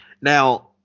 Now